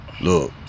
look